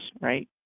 right